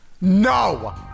No